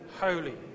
holy